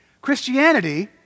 Christianity